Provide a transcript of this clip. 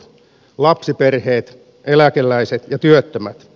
lapsiperheet eläkeläiset ja työttömät